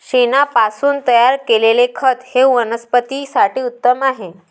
शेणापासून तयार केलेले खत हे वनस्पतीं साठी उत्तम आहे